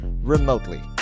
remotely